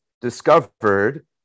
discovered